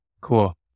cool